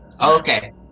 Okay